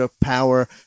power